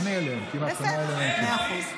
אז אל תפני אליהם, כי אם את פונה אליהם, מאה אחוז.